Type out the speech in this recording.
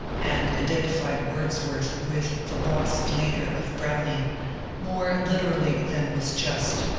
and identified wordsworth with the lost leader of browning more literally than was just.